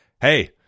hey